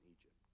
Egypt